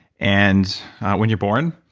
and when you're born,